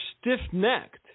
stiff-necked